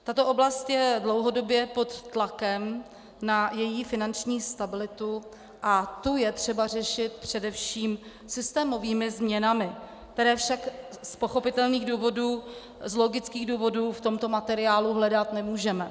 Tato oblast je dlouhodobě pod tlakem na její finanční stabilitu a tu je třeba řešit především systémovými změnami, které však z pochopitelných důvodů, z logických důvodů, v tomto materiálu hledat nemůžeme.